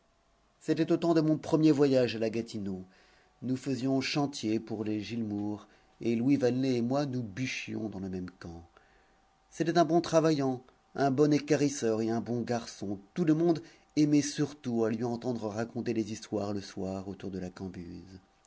c'était au temps de mon premier voyage à la gatineau nous faisions chantier pour les gilmour et louis vanelet et moi nous bûchions dans le même camp c'était un bon travaillant un bon équarisseur et un bon garçon tout le monde aimait surtout à lui entendre raconter des histoires le soir autour de la cambuse